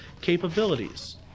capabilities